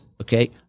Okay